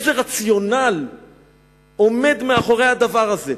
איזה רציונל עומד מאחורי הדבר הזה.